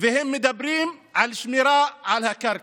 והם מדברים על שמירת הקרקע,